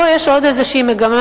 פה יש עוד איזו מגמה,